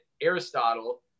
Aristotle